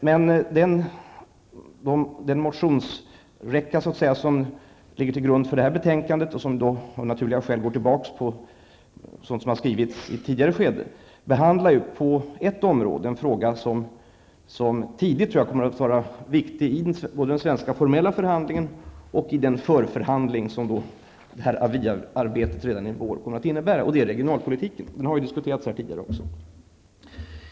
Men den motionsräcka som ligger till grund för detta betänkande, och som av naturliga skäl går tillbaka till sådant som har skrivits i ett tidigare skede, behandlar på ett område en fråga som tidigt kommer att vara viktig i den svenska formella förhandlingen och i den för-förhandling som aviarbetet redan i vår kommer att innebära, och det är regionalpolitiken. Den har diskuterats här tidigare också.